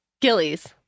Gillies